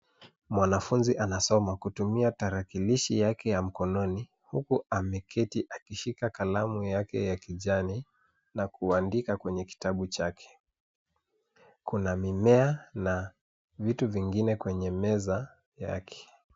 Mwanafunzi anasoma kutumia tarakilishi yake ya mkononi, huku ameketi akishika kalamu yake ya kijani na kuandika kwenye kitabu chake. Kuna mimea na vitu vingine kwenye meza yake.